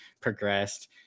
progressed